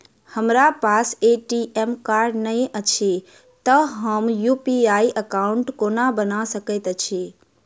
हमरा पास ATM card नहि अछि तए हम यु.पी.आई एकॉउन्ट कोना बना सकैत छी